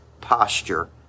posture